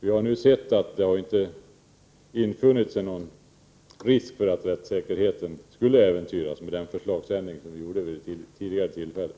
Vi har nu sett att någon risk för att rättssäkerheten skulle äventyras inte har uppstått med den förslagsändring som vi gjorde vid det tidigare tillfället.